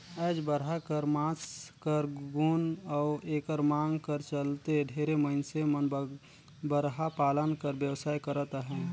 आएज बरहा कर मांस कर गुन अउ एकर मांग कर चलते ढेरे मइनसे मन बरहा पालन कर बेवसाय करत अहें